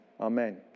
Amen